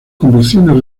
convicciones